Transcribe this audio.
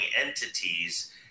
entities